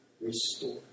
restore